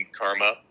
karma